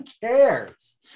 cares